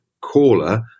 caller